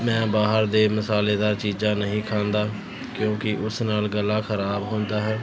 ਮੈਂ ਬਾਹਰ ਦੀਆਂ ਮਸਾਲੇਦਾਰ ਚੀਜ਼ਾਂ ਨਹੀਂ ਖਾਂਦਾ ਕਿਉਂਕਿ ਉਸ ਨਾਲ ਗਲਾ ਖਰਾਬ ਹੁੰਦਾ ਹੈ